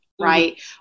right